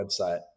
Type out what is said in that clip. website